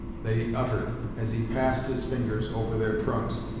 that he uttered, as he passed his fingers over their trunks,